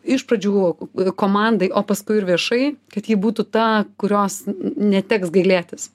iš pradžių komandai o paskui ir viešai kad ji būtų ta kurios neteks gailėtis